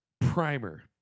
Primer